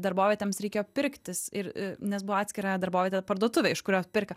darbovietėms reikėjo pirktis ir nes buvo atskira darbovietė parduotuvė iš kurios perka